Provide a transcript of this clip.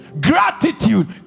Gratitude